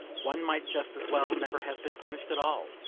one might just as well never have been punished at all.